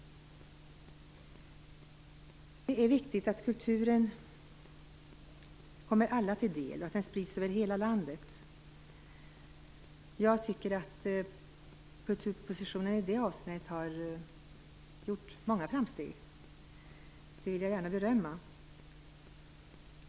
Det är viktigt att kulturen kommer alla till del och att den sprids över hela landet. I det avseendet har kulturpropositionen gjort många framsteg, och det vill jag gärna berömma.